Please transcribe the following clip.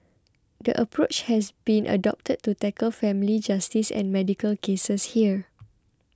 the approach has been adopted to tackle family justice and medical cases here